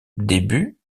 début